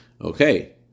Okay